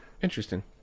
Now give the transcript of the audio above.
interesting